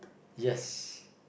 yes